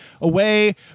away